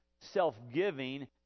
self-giving